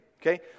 okay